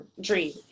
dream